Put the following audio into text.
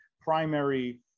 primary